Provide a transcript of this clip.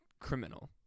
criminal